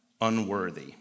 unworthy